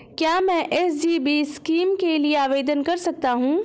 क्या मैं SGB scheme के लिए आवेदन कर सकता हूँ?